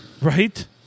Right